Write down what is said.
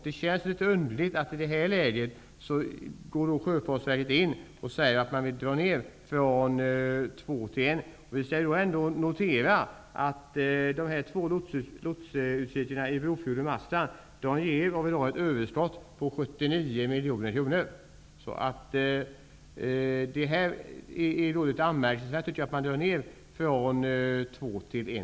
Det känns litet underligt att Sjöfartsverket i det här läget går in och säger att man vill minska antalet lotsstationer från två till en. Jag vill notera att dessa två lotsutkikar i Brofjorden vid Marstrand i dag ger ett överskott på 79 miljoner kronor. Jag tycker därför att det är litet anmärkningsvärt att man minskar antalet lotsstationer från två till en.